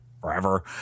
forever